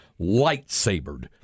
lightsabered